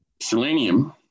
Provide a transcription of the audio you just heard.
selenium